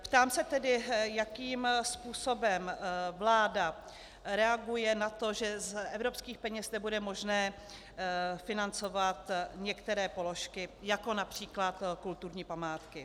Ptám se tedy, jakým způsobem vláda reaguje na to, že z evropských peněz nebude možné financovat některé položky, jako např. kulturní památky.